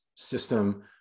system